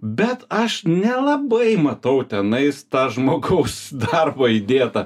bet aš nelabai matau tenais tą žmogaus darbą įdėtą